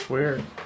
weird